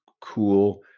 cool